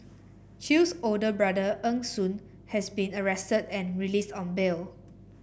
Chew's older brother Eng Soon has been arrested and released on bail